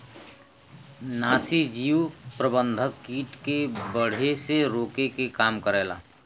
नाशीजीव प्रबंधन कीट के बढ़े से रोके के काम करला